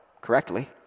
correctly